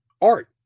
Art